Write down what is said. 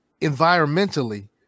environmentally